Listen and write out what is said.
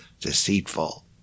deceitful